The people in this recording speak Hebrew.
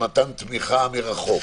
ומתן תמיכה מרחוק?